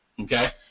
okay